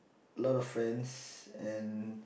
lots of friends and